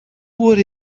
what